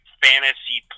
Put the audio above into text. fantasy